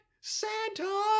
Santa